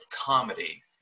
comedy